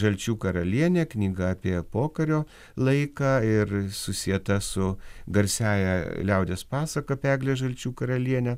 žalčių karalienė knyga apie pokario laiką ir susieta su garsiąja liaudies pasaka apie eglę žalčių karalienę